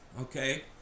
Okay